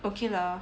okay lah